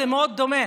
זה מאוד דומה.